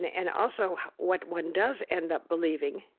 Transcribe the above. and also what one does end up believing,